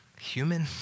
human